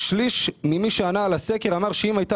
שליש מאלו שענו על הסקר אמר שאם הייתה